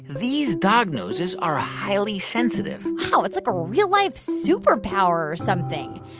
these dog noses are highly sensitive wow, it's like a real-life super power or something.